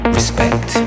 Respect